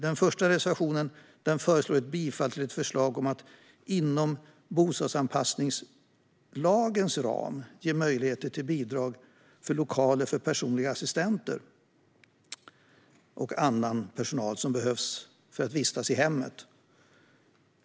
Den första reservationen föreslår bifall till ett förslag om att inom bostadsanpassningslagens ram ge möjlighet till bidrag för lokaler för personliga assistenter och annan personal som behöver vistas i hemmet.